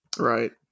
Right